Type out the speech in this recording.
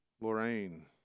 Lorraine